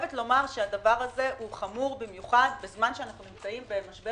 הדבר הזה חמור במיוחד בזמן שאנחנו נמצאים במשבר